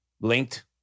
linked